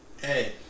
Hey